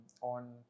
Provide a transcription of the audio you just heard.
on